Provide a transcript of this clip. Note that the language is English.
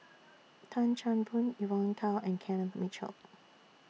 Tan Chan Boon Evon Kow and Kenneth Mitchell